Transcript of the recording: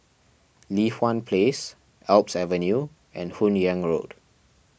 Li Hwan Place Alps Avenue and Hun Yeang Road